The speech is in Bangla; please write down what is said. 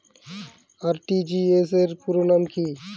আর.টি.জি.এস র পুরো নাম কি?